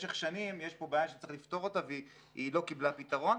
שבמשך שנים יש פה בעיה שצריך לפתור אותה והיא לא קיבלה פתרון.